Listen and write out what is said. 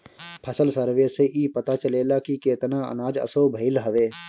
फसल सर्वे से इ पता चलेला की केतना अनाज असो भईल हवे